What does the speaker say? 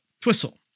Twistle